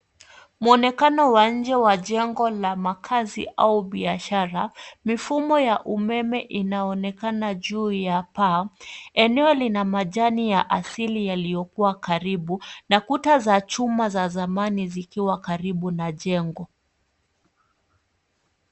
Mwonekano wa nje wa jengo la makazi au biashara. Mifumo ya umeme inaonekana juu ya paa. Eneo lina majani ya asili yaliyokua karibu na kuta za chuma za zamani zikiwa karibu na jengo.